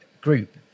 group